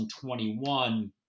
2021